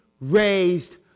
raised